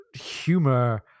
humor